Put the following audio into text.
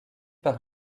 par